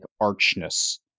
archness